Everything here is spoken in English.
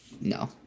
No